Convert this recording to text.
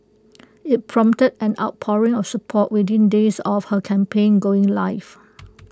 IT prompted an outpouring of support within days of her campaign going live